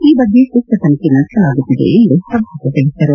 ಈ ಬಗ್ಗೆ ಸೂಕ್ತ ತನಿಖೆ ನಡೆಸಲಾಗುತ್ತಿದೆ ಎಂದು ಸದನಕ್ಕೆ ತಿಳಿಸಿದರು